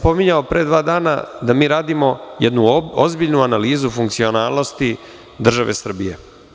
Pominjao sam pre dva dana da mi radimo jednu ozbiljnu analizu funkcionalnosti države Srbije.